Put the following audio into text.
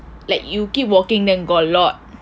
like you keep walking then got a lot